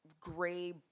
gray